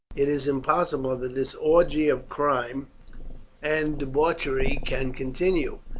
it is impossible that this orgy of crime and debauchery can continue.